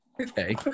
Okay